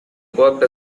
worked